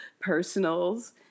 personals